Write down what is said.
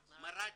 מראקי.